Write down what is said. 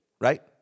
right